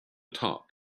top